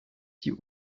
die